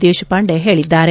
ದೇಶಪಾಂಡೆ ಹೇಳಿದ್ದಾರೆ